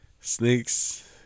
Snakes